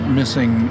missing